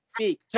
Speak